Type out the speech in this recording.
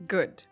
Good